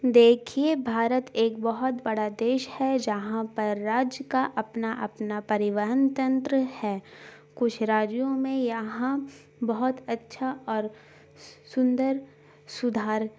دیکھیے بھارت ایک بہت بڑا دیش ہے جہاں پر راج کا اپنا اپنا پریوہن تنتر ہے کچھ راجیوں میں یہاں بہت اچھا اور سندر سدھار